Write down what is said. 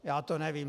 Já to nevím.